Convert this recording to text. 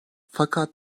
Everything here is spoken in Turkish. fakat